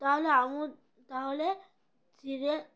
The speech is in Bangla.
তাহলে আমিও তাহলে চিড়ে